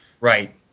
right